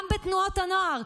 גם בתנועת הנוער,